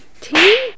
tea